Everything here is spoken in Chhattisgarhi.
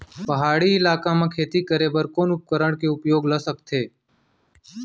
पहाड़ी इलाका म खेती करें बर कोन उपकरण के उपयोग ल सकथे?